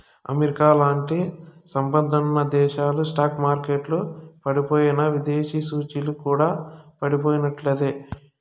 అమెరికాలాంటి సంపన్నదేశాల స్టాక్ మార్కెట్లల పడిపోయెనా, దేశీయ సూచీలు కూడా పడిపోయినట్లే